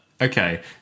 Okay